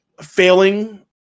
failing